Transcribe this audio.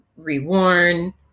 reworn